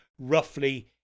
roughly